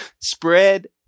spread